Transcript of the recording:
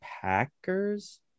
Packers